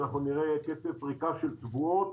ואנחנו נראה קצב פריקה של תבואות